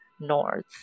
North